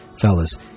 fellas